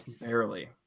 Barely